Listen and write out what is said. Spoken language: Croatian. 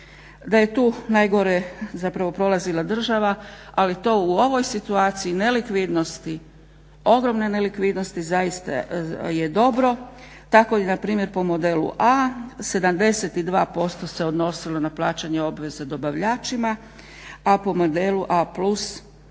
da je tu najgore zapravo prolazila država ali to u ovoj situaciji nelikvidnosti, ogromne nelikvidnosti zaista je dobro. Tako na primjer po modelu A 72% se odnosilo na plaćanje obveza dobavljačima, a po modelu A+